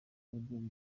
aribyo